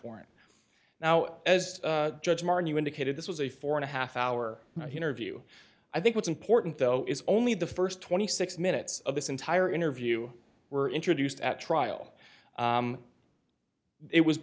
warrant now as judge martin you indicated this was a four and a half hour interview i think what's important though is only the st twenty six minutes of this entire interview were introduced at trial it was